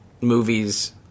movies